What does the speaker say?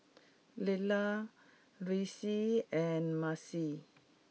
Lelah Reece and Maci